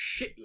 shitless